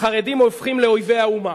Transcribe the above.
החרדים הופכים לאויבי האומה.